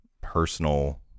personal